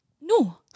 No